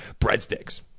breadsticks